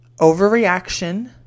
overreaction